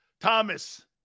Thomas